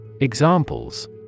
Examples